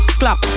clap